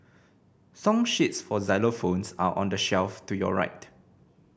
song sheets for xylophones are on the shelf to your right